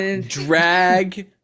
Drag